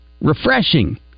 Refreshing